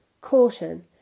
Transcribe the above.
Caution